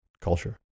culture